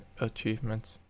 achievements